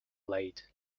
laid